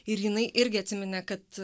ir jinai irgi atsiminė kad